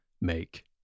make